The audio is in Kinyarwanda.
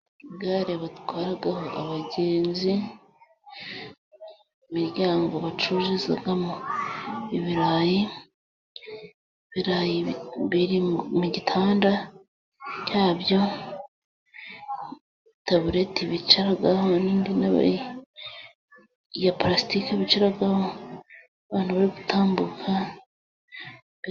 Igare batwaraho abagenzi， imiryango bacururizamo ibirayi，ibirayi biri mu gitanda cyabyo，tabureti bicaraho， n'indi ntebe ya purasitiki bicaraho，abantu bari gutambuka.